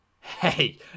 Hey